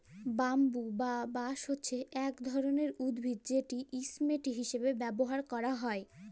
bamboo বা বাঁশ হছে ইক রকমের উদ্ভিদ যেট ইসটেম হিঁসাবে ব্যাভার ক্যারা হ্যয়